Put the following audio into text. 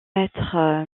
être